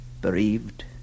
bereaved